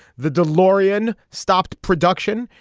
the delorean stopped production.